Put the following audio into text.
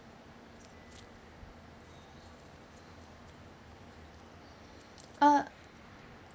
uh